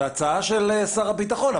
זו הצעה של שר הביטחון.